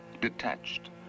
detached